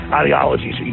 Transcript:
ideologies